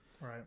Right